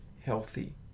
healthy